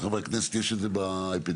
מתנצל על האורך בהפסקה,